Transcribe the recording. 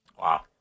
Wow